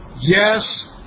Yes